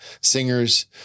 singers